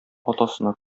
атасына